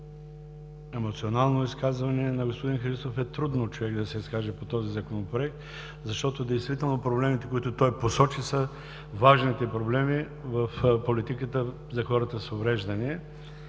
емоционално изказване на господин Христов е трудно човек да се изкаже по този Законопроект, защото действително проблемите, които той посочи, са важните в политиката за хората с увреждания.